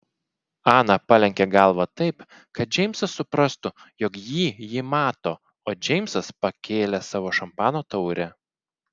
ana palenkė galvą taip kad džeimsas suprastų jog jį ji mato o džeimsas pakėlė savo šampano taurę